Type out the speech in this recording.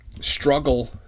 struggle